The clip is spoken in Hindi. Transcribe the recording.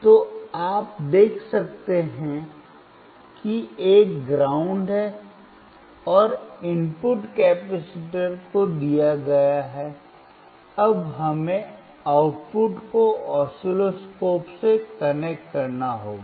तो आप देख सकते हैं कि एक ग्राउंड है और इनपुट कैपेसिटर को दिया गया है अब हमें आउटपुट को ऑसिलोस्कोप से कनेक्ट करना होगा